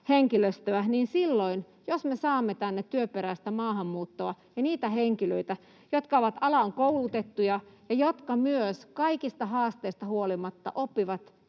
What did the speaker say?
henkilöstöä — niin jos me silloin saamme tänne työperäistä maahanmuuttoa ja niitä henkilöitä, jotka ovat alalle koulutettuja ja jotka myös kaikista haasteista huolimatta oppivat